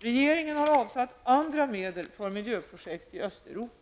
Regeringen har avsatt andra medel för miljöprojekt i Östeuropa.